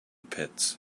pits